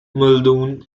muldoon